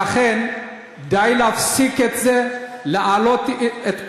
לכן, להפסיק את זה, ולהעלות את כולם.